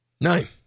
Nine